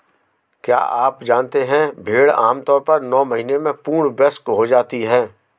क्या आप जानते है भेड़ आमतौर पर नौ महीने में पूर्ण वयस्क हो जाती है?